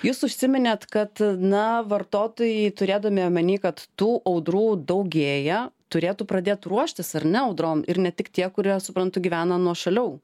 jūs užsiminėt kad na vartotojai turėdami omeny kad tų audrų daugėja turėtų pradėt ruoštis ar ne audrom ir ne tik tie kurie suprantu gyvena nuošaliau